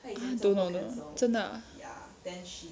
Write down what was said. !huh! don't know 真的 ah